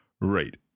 Right